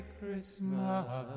Christmas